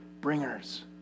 bringers